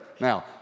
Now